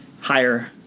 higher